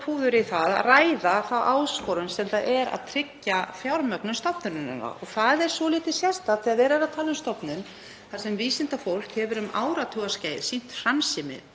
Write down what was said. púður í að ræða þá áskorun sem það er að tryggja fjármögnun stofnunarinnar og það er svolítið sérstakt þegar verið er að tala um stofnun þar sem vísindafólk hefur um áratugaskeið sýnt framsýni